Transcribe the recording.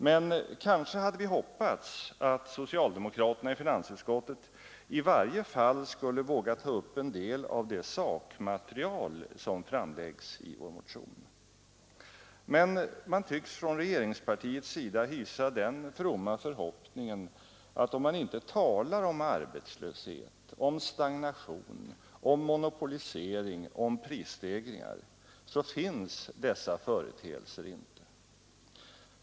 Men kanske hade vi hoppats att socialdemokraterna i finansutskottet i varje fall skulle våga ta upp en del av det sakmaterial som framläggs i vår motion. Men man tycks från regeringspartiets sida hysa den fromma förhoppningen att om man inte talar om arbetslöshet, om stagnation, om monopolisering, om prisstegringar, så finns dessa företeelser inte.